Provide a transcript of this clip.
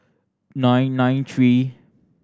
nine nine three